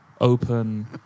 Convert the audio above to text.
open